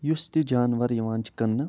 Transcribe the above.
یُس تہِ جانوَر یِوان چھِ کٕنٛنہٕ